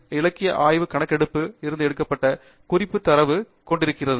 bib இலக்கிய ஆய்வு கணக்கெடுப்பு இருந்து எடுக்கப்பட்ட குறிப்பு தரவு கொண்டிருக்கிறது